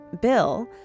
Bill